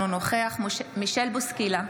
אינו נוכח מישל בוסקילה,